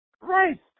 Right